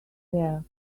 there